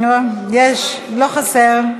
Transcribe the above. יש, לא חסר.